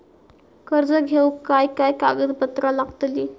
कर्ज घेऊक काय काय कागदपत्र लागतली?